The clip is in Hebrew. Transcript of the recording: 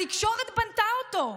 התקשורת בנתה אותו.